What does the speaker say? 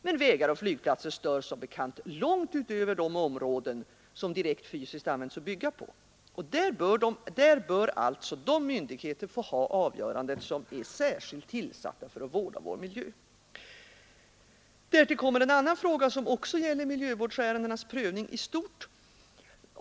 Men vägar och flygplatser stör som bekant långt utöver de områden som direkt fysiskt används för att bygga på, och där bör alltså de myndigheter få ha avgörandet som är särskilt tillsatta för att vårda vår miljö. Därtill kommer en annan fråga, som också gäller miljövårdsärendenas prövning i stort.